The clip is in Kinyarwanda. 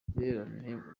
nyunguranabitekerezo